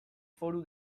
foru